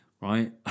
right